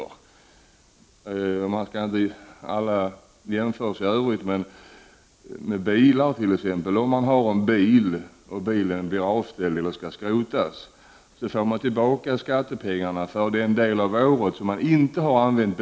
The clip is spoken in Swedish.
Låt mig, utan alla jämförelser i övrigt, peka på att den som t.ex. har en bil som skall avställas eller skrotas får tillbaka bilskatten för den del av året som bilen inte har använts.